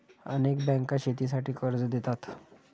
अनेक बँका शेतीसाठी कर्ज देतात